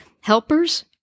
helpers